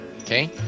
Okay